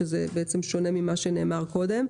שזה שונה ממה שנאמר קודם.